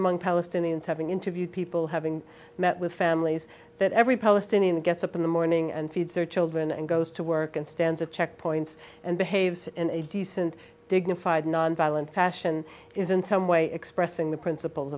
among palestinians having interviewed people having met with families that every palestinian gets up in the morning and feeds their children and goes to work and stands at checkpoints and behaves in a decent dignified nonviolent fashion is in some way expressing the principles